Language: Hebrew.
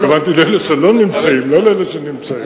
התכוונתי לאלה שלא נמצאים, לא לאלה שנמצאים.